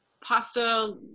pasta